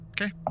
Okay